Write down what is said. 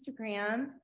Instagram